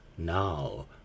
Now